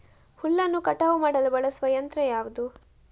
ಹುಲ್ಲನ್ನು ಕಟಾವು ಮಾಡಲು ಬಳಸುವ ಯಂತ್ರ ಯಾವುದು?